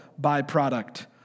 byproduct